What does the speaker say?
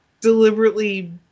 deliberately